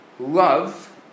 Love